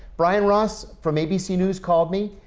brian ross from abc news called me.